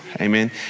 amen